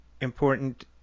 important